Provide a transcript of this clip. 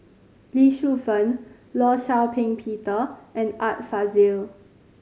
Lee Shu Fen Law Shau Ping Peter and Art Fazil